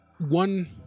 One